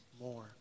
more